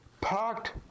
parked